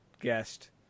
guest